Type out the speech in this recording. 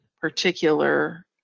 particular